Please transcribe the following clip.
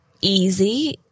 easy